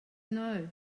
know